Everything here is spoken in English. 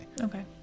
Okay